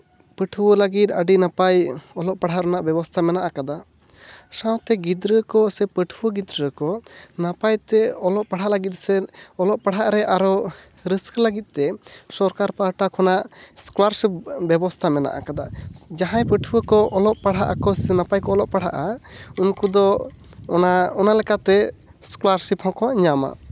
ᱯᱟᱹᱴᱷᱩᱣᱟᱹ ᱞᱟᱹᱜᱤᱫ ᱟᱹᱰᱤ ᱱᱟᱯᱟᱭ ᱚᱞᱚᱜ ᱯᱟᱲᱦᱟᱣ ᱨᱮᱱᱟᱜ ᱵᱮᱵᱚᱥᱛᱷᱟ ᱢᱮᱱᱟᱜ ᱠᱟᱫᱟ ᱥᱟᱶᱛᱮ ᱜᱤᱫᱽᱨᱟᱹ ᱠᱚᱥᱮ ᱯᱟᱹᱴᱷᱩᱣᱟᱹ ᱜᱤᱫᱽᱨᱟᱹ ᱠᱚ ᱱᱟᱯᱟᱭᱛᱮ ᱚᱞᱚᱜ ᱯᱟᱲᱦᱟᱣ ᱞᱟᱹᱜᱤᱫ ᱥᱮ ᱚᱞᱚᱜ ᱯᱟᱲᱦᱟᱣ ᱨᱮ ᱟᱨᱚ ᱨᱟᱹᱥᱠᱟᱹ ᱞᱟᱹᱜᱤᱫ ᱛᱮ ᱥᱚᱨᱠᱟᱨ ᱯᱟᱦᱴᱟ ᱠᱷᱚᱱᱟᱜ ᱥᱠᱚᱞᱞᱟᱨᱥᱤᱯ ᱵᱮᱵᱚᱥᱛᱷᱟ ᱢᱮᱱᱟᱜ ᱠᱟᱫᱟ ᱡᱟᱦᱟᱸᱭ ᱯᱟᱹᱴᱷᱩᱣᱟᱹ ᱠᱚ ᱚᱞᱚᱜ ᱯᱟᱲᱦᱟᱜ ᱟᱠᱚ ᱥᱮ ᱱᱟᱯᱟᱭ ᱠᱚ ᱚᱞᱚᱜ ᱯᱟᱲᱦᱟᱜᱼᱟ ᱩᱱᱠᱩ ᱫᱚ ᱚᱱᱟ ᱚᱱᱟ ᱞᱮᱠᱟᱛᱮ ᱥᱠᱚᱞᱟᱨᱥᱤᱯ ᱦᱚᱸᱠᱚ ᱧᱟᱢᱟ